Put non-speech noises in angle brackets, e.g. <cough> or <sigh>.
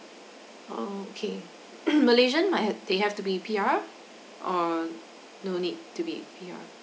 oh okay <noise> malaysian might had they have to be P_R or no need to be P_R